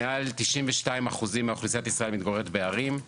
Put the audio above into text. מעל 92% מאוכלוסיית ישראל מתגוררת בערים,